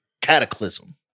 cataclysm